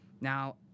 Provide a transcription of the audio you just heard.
Now